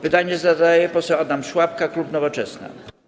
Pytanie zadaje poseł Adam Szłapka, klub Nowoczesna.